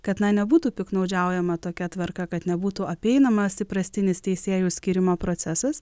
kad nebūtų piktnaudžiaujama tokia tvarka kad nebūtų apeinamas įprastinis teisėjų skyrimo procesas